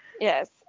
Yes